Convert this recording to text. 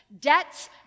debts